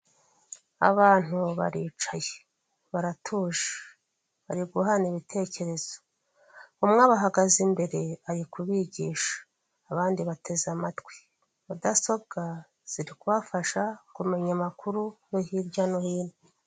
Umuhanda urimo imodoka y'ubururu itwaye amabati hari umuntu uri kuri yo modoka itwaye ibati hari moto itwaye umugenzi ndetse kuruhande rwe hepfo har' umusore ufite ikote ku rutugu ndetse hari nundi mugenzi uri kugenda muruhande rumwe n'imodoka inyuma ye hari igare hepfo hari ahantu bubatse hameze nk'ahantu bari kubaka hari ibiti by'icyatsi.